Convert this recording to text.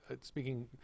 speaking